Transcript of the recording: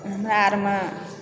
हमरा अरमे